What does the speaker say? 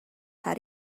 how